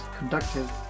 conductive